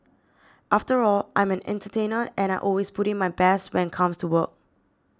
after all I'm an entertainer and I always put in my best when comes to work